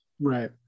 right